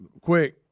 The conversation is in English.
Quick